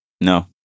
No